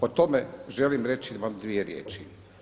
O tome želim vam dvije riječi.